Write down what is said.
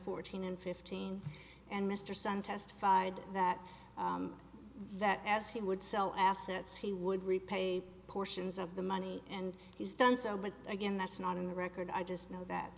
fourteen and fifteen and mr sun testified that that as he would sell assets he would repay portions of the money and he's done so but again that's not in the record i just know